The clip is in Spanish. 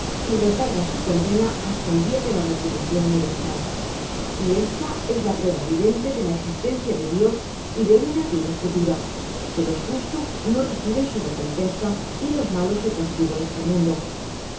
y retarda su condena hasta el dia de la retribucion universal y esta es la prueba evidente de la existencia de dios y de una vida futura que los justos no reciten su recompensa y ios malos su castigo en este m undo